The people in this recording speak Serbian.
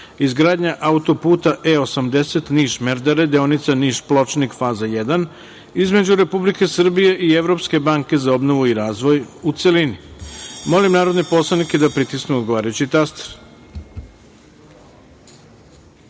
izgradnja autoputa E-80 Niš-Merdare, deonica Niš-Pločnik, faza 1) između Republike Srbije i Evropske banke za obnovu i razvoj, u celini. Molim narodne poslanike da pritisnu odgovarajući